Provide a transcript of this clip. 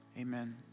amen